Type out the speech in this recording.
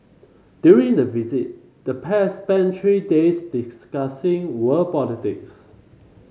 during the visit the pair spent three days discussing world politics